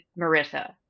Marissa